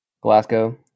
Glasgow